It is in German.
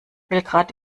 belgrad